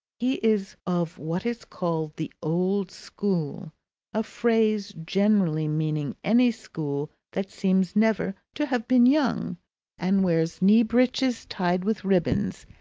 he is of what is called the old school a phrase generally meaning any school that seems never to have been young and wears knee-breeches tied with ribbons,